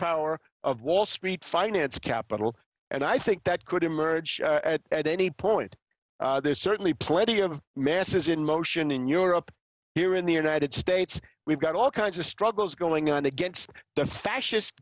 power of wall street finance capital and i think that could emerge at any point there's certainly plenty of mass is in motion in europe here in the united states we've got all kinds of struggles going on against the fascist